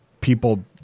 people